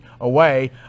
away